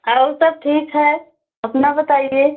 और सब ठीक है अपना बताइए